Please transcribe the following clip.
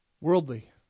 worldly